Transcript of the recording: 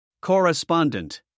Correspondent